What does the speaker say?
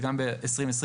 וגם ב-20/21.